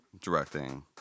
directing